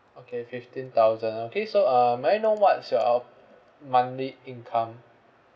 okay fifteen thousand okay so uh may I know what's your uh monthly income